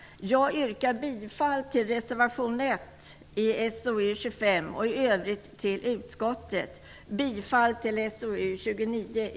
Jag yrkar bifall till reservation 1 i